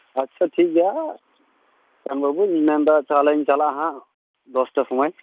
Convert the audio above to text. ᱟᱪᱪᱷᱟ ᱴᱷᱤᱠ ᱜᱮᱭᱟ ᱫᱚᱠᱟᱱ ᱵᱟᱹᱵᱩ ᱤᱧ ᱢᱮᱱ ᱮᱫᱟ ᱛᱟᱦᱚᱞᱮᱧ ᱪᱟᱞᱟᱜᱼᱟ ᱦᱟᱸᱜ ᱫᱚᱥᱴᱟ ᱥᱚᱢᱳᱭ